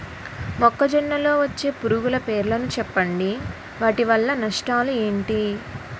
మొక్కజొన్న లో వచ్చే పురుగుల పేర్లను చెప్పండి? వాటి వల్ల నష్టాలు ఎంటి?